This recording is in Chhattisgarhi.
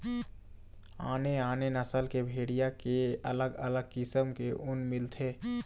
आने आने नसल के भेड़िया के अलग अलग किसम के ऊन मिलथे